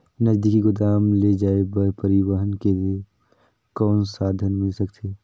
नजदीकी गोदाम ले जाय बर परिवहन के कौन साधन मिल सकथे?